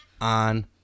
on